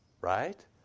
right